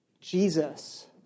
Jesus